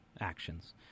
actions